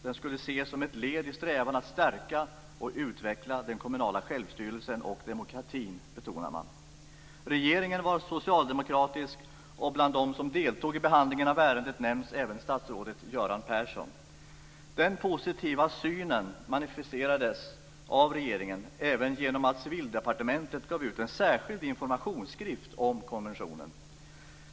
Den skulle ses som ett led i strävan att stärka och utveckla den kommunala självstyrelsen och demokratin, betonade man. Regeringen var socialdemokratisk, och bland dem som deltog i beredningen av ärendet nämns statsrådet Göran Persson. Den positiva synen manifesterades även av regeringen genom att Civildepartementet gav ut en särskild informationsskrift om konventionen.